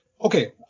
Okay